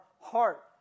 heart